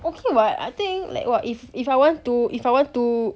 okay what I think like what if if I want to if I want to